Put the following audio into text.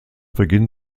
beginn